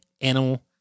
animal